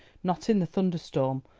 not in the thunderstorm,